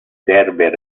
server